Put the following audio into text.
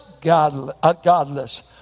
godless